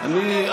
לא הבאת חוק אחד,